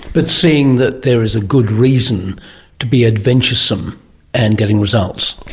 but seeing that there is a good reason to be adventuresome and getting results.